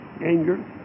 anger